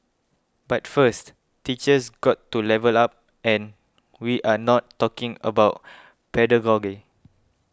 but first teachers got to level up and we are not talking about pedagogy